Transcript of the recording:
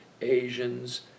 Asians